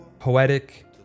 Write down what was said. Poetic